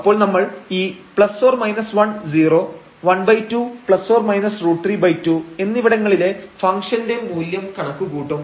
അപ്പോൾ നമ്മൾ ഈ ±1 0 12 ±√32 എന്നിവിടങ്ങളിലെ ഫംഗ്ഷന്റെ മൂല്യം കണക്കു കൂട്ടും